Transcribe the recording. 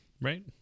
Right